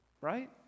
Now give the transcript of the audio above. right